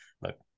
look